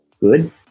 good